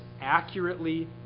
accurately